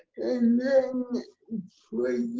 and then for